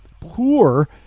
poor